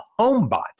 HomeBot